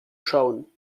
schauen